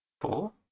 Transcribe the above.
four